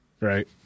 Right